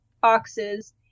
boxes